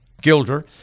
Gilder